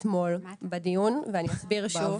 אתמול בדיון ואני אסביר שוב.